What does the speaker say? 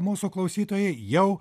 mūsų klausytojai jau